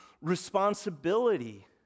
responsibility